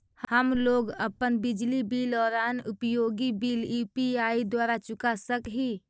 हम लोग अपन बिजली बिल और अन्य उपयोगि बिल यू.पी.आई द्वारा चुका सक ही